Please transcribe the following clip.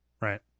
right